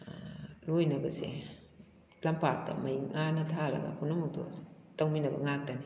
ꯂꯣꯏꯅꯕꯁꯦ ꯂꯝꯄꯥꯛꯇ ꯃꯩ ꯉꯥꯟꯅ ꯊꯥꯜꯂꯒ ꯄꯨꯝꯅꯃꯛꯇꯨ ꯇꯧꯃꯤꯟꯅꯕ ꯉꯥꯛꯇꯅꯤ